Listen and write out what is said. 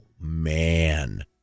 man